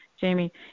Jamie